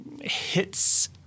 hits